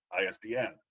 ISDN